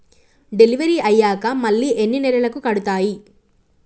Delivery అయ్యాక మళ్ళీ ఎన్ని నెలలకి కడుతాయి?